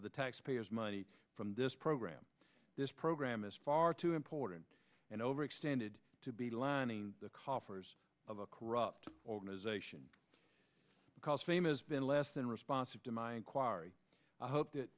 the taxpayer's money from this program this program is far too important and overextended to be lining the coffers of a corrupt organization called famous been less than responsive to my inquiry i hope that